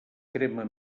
crema